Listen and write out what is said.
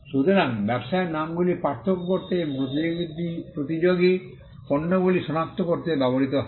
সুতরাং ব্যবসায়ের নামগুলি পার্থক্য করতে এবং প্রতিযোগী পণ্যগুলি সনাক্ত করতে ব্যবহৃত হয়